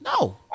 no